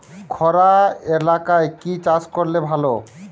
খরা এলাকায় কি চাষ করলে ভালো?